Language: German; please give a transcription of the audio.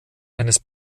eines